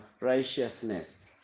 righteousness